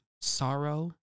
sorrow